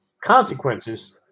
consequences